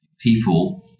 people